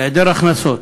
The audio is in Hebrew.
היעדר הכנסות.